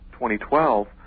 2012